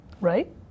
Right